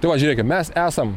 tai va žiūrėkim mes esam